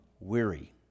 weary